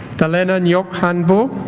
dallena ngoc han vo